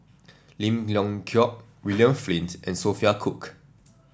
Lim Leong Geok William Flint and Sophia Cooke